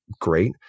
great